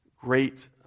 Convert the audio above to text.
great